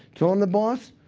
till i'm the boss,